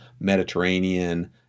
Mediterranean